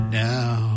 now